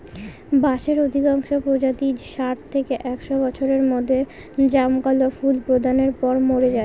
বাঁশের অধিকাংশ প্রজাতিই ষাট থেকে একশ বছরের মধ্যে জমকালো ফুল প্রদানের পর মরে যায়